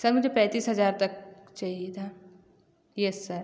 sir मुझे पैंतीस हज़ार तक चाहिए था यस सर